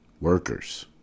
workers